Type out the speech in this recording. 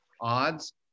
odds